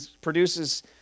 produces